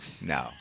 No